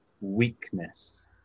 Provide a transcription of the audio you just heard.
weakness